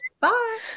Bye